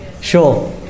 Sure